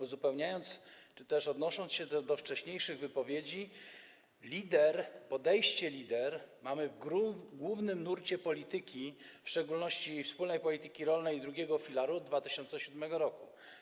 Uzupełniając czy też odnosząc się do wcześniejszych wypowiedzi, podejście Leader mamy w głównym nurcie polityki, w szczególności wspólnej polityki rolnej i II filaru, od 2007 r.